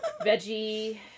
Veggie